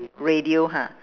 radio ha